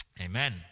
Amen